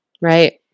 Right